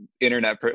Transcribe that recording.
internet